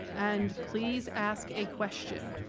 and please ask a question.